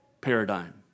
paradigm